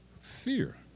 Fear